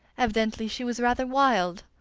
evidently she was rather wild.